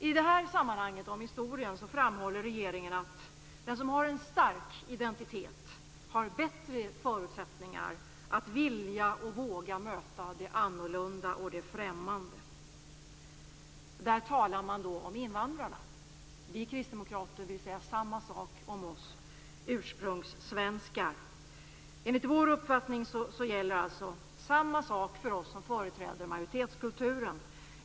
I detta sammanhang framhåller regeringen att den som har en starkt identitet har bättre förutsättningar att vilja och våga möta det annorlunda och det främmande. Där talar man om invandrarna. Vi kristdemokrater vill säga samma sak om oss ursprungssvenskar. Enligt vår uppfattning gäller samma sak för oss som företräder majoritetskulturen.